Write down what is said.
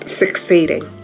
succeeding